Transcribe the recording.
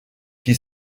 qui